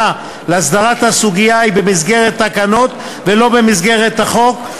להסדרת הסוגיה היא במסגרת תקנות ולא במסגרת החוק,